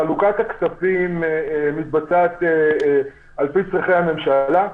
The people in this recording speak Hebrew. חלוקת הכספים מתבצעת על-פי צרכי הממשלה.